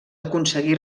aconseguí